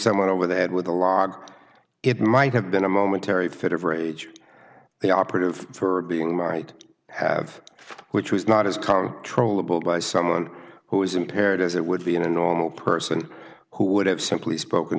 someone over the head with a log it might have been a momentary fit of rage the operative word being might have which was not as common troll a book by someone who is impaired as it would be in a normal person who would have simply spoken